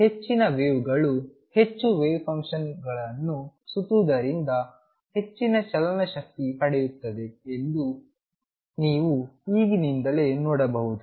ಆದ್ದರಿಂದ ಹೆಚ್ಚಿನ ವೇವ್ಗಳು ಹೆಚ್ಚು ವೇವ್ ಫಂಕ್ಷನ್ವನ್ನು ಸುತ್ತುವುದರಿಂದ ಹೆಚ್ಚಿನ ಚಲನ ಶಕ್ತಿ ಪಡೆಯುತ್ತದೆ ಎಂದು ನೀವು ಈಗಿನಿಂದಲೇ ನೋಡಬಹುದು